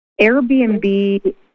Airbnb